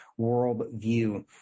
worldview